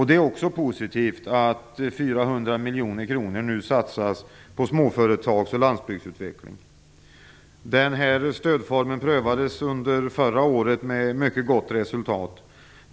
Det är också positivt att 400 miljoner kronor nu satsas på småföretags och landsbygdsutveckling. Den här stödformen prövades under förra året med mycket gott resultat.